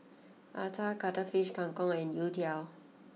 Acar Cuttlefish Kang Kong and Youtiao